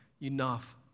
enough